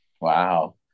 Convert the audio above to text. Wow